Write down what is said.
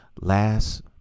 Last